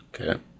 Okay